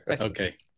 Okay